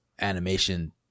animation